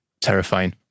terrifying